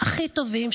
הכי טובים,